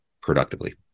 productively